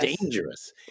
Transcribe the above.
dangerous